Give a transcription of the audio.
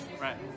Right